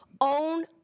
own